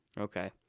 Okay